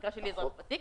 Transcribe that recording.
במקרה שלי אזרח ותיק,